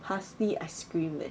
parsley ice cream eh